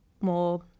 more